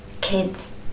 kids